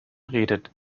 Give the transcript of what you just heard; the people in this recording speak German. redet